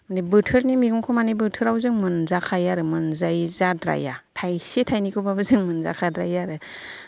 माने बोथोरनि मैगंखौ माने बोथोराव जों मोनजाखायो आरो मोनजायै जाद्राया थाइसे थाइनैखौबाबो जों मोनजाखाद्रायो